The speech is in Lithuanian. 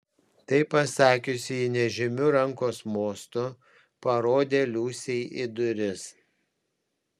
tai pasakiusi ji nežymiu rankos mostu parodė liusei į duris